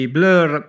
Blur